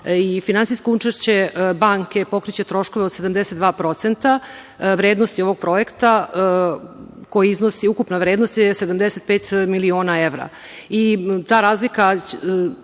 i finansijsko učešće banke pokreće troškove od 72% vrednosti ovog projekta čiji je ukupna vrednost 75 miliona evra. Ta razlika